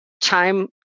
time